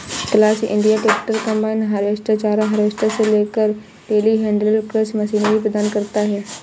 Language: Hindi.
class India tractor, combine harvester, चारा हार्वेस्टर से लेकर टेलीहैंडलर कृषि मशीनरी प्रदान करता है